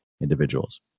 individuals